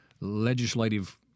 legislative